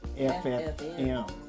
FFM